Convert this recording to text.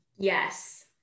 Yes